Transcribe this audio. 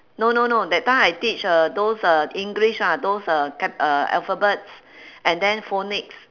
no no no that time I teach uh those uh english ah those uh cap~ uh alphabets and then phonics